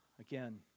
Again